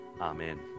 Amen